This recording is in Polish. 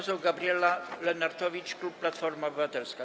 Poseł Gabriela Lenartowicz, klub Platforma Obywatelska.